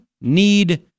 need